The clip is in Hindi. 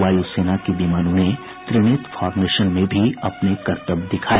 वायुसेना के विमानों ने त्रिनेत्र फॉरमेशन में भी अपने करतब दिखाए